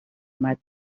mal